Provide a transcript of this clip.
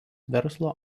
verslo